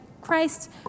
Christ